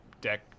deck